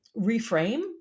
reframe